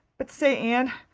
but say, anne,